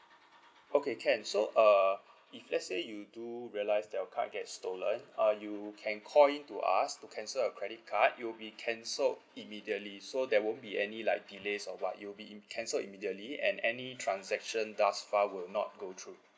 okay can so uh if let's say you do realise that your card get stolen uh you can call in to us to cancel your credit card it'll be cancelled immediately so there won't be any like delays or what you'll be in cancelled immediately and any transaction thus far will not go through